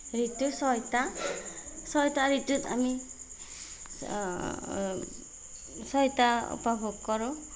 ঋতু ছটা ছয়টা ঋতুত আমি ছটা উপভোগ কৰোঁ